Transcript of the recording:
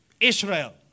Israel